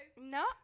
no